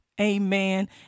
amen